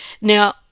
Now